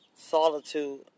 solitude